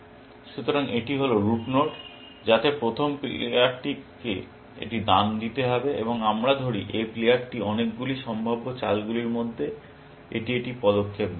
সুতরাং এটি হল রুট নোড যাতে প্রথম প্লেয়ারকে একটি দান দিতে হবে এবং আমরা ধরি এই প্লেয়ারটি অনেকগুলি সম্ভাব্য চালগুলির মধ্যে এটি একটি পদক্ষেপ নেয়